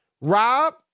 Rob